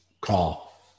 call